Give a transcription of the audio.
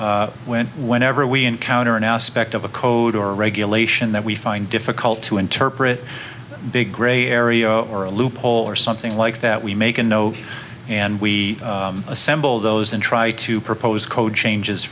when whenever we encounter an aspect of a code or regulation that we find difficult to interpret big gray area or a loophole or something like that we make a note and we assemble those and try to propose code changes